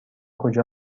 کجا